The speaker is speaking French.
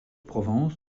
provence